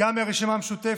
וגם מהרשימה המשותפת,